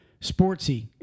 sportsy